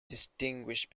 distinguish